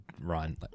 run